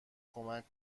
کمک